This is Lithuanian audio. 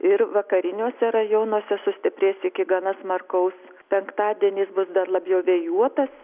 ir vakariniuose rajonuose sustiprės iki gana smarkaus penktadienis bus dar labiau vėjuotas